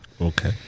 Okay